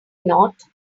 not